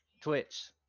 Twitch